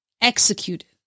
executed